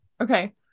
Okay